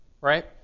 Right